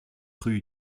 rue